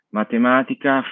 matematica